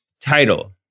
title